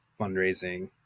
fundraising